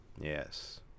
yes